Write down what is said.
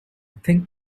think